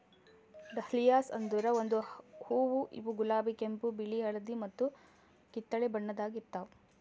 dahlias ಅಂದುರ್ ಒಂದು ಹೂವು ಇವು ಗುಲಾಬಿ, ಕೆಂಪು, ಬಿಳಿ, ಹಳದಿ ಮತ್ತ ಕಿತ್ತಳೆ ಬಣ್ಣದಾಗ್ ಇರ್ತಾವ್